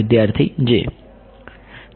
વિદ્યાર્થી J